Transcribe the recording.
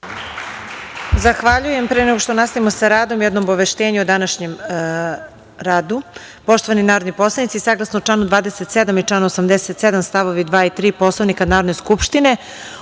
Zahvaljujem. Pre nego što nastavimo sa radom, jedno obaveštenje o današnjem radu. Poštovani narodni poslanici saglasno čl. 27. i čl. 87 st. 2. i 3. Poslovnika Narodne skupštine,